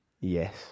Yes